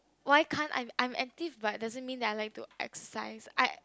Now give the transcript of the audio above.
why can't I'm I'm active but doesn't mean that I like to exercise I